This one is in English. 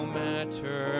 matter